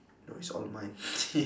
no it's all mine